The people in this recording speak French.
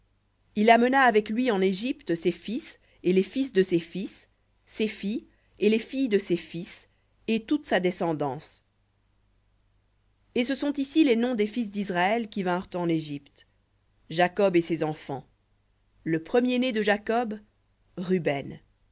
il amena avec lui en égypte ses fils et les fils de ses fils ses filles et les filles de ses fils et toute sa descendance v hébreu et ce sont ici les noms des fils d'israël qui vinrent en égypte jacob et ses enfants le premier-né de jacob ruben